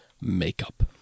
makeup